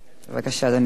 אדוני סגן השר,